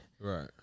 Right